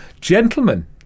gentlemen